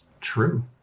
True